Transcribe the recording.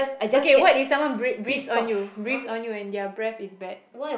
okay what if someone break breathes on you and their breath is bad